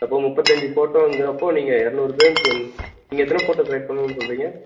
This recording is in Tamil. அப்போது முப்பத்தஞ்சு ஃபோட்டோங்கிறப்போ நீங்கள் இரநூறு பேருன்னு சொல் நீங்கள் எத்தனை ஃபோட்டோ செலெக்ட் பண்ணணும்னு சொல்கிறீங்க